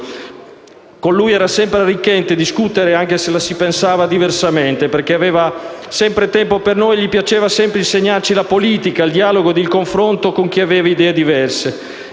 Con lui era sempre arricchente discutere, anche se la pensava diversamente, perché lui aveva sempre tempo per noi e gli piaceva sempre insegnarci la politica, il dialogo ed il confronto con chi aveva idee diverse.